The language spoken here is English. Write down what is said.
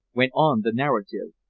went on the narrative.